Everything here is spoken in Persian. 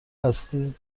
هستی